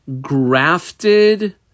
grafted